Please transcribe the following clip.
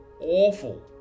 awful